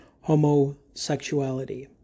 homosexuality